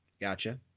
Gotcha